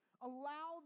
allow